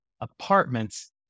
apartments